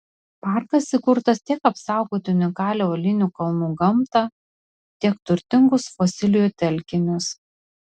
parkas įkurtas tiek apsaugoti unikalią uolinių kalnų gamtą tiek turtingus fosilijų telkinius